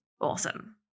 awesome